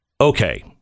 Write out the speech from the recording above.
Okay